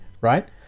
right